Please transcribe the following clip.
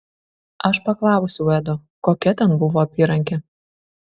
aš paklausiau edo kokia ten buvo apyrankė